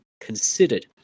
considered